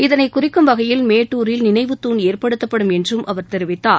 இதனை குறிக்கும் வகையில் மேட்டூரில் நினைவு தூண் ஏற்படுத்தப்படும் என்றும் அவர் தெரிவித்தார்